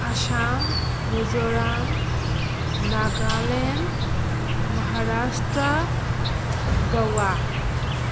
Assam Mizoram Nagaland Maharashtra Goa